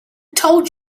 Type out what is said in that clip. told